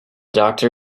doctor